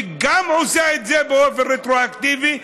וגם עושה באופן רטרואקטיבי.